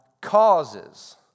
causes